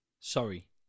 sorry